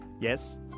Yes